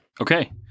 Okay